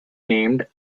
named